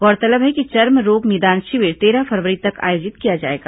गौरतलब है कि चर्मरोग निदान शिविर तेरह फरवरी तक आयोजित किया जाएगा